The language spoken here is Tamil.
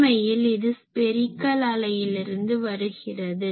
உண்மையில் இது ஸ்பெரிகல் அலையிலிருந்து வருகிறது